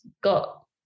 got